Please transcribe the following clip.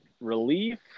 relief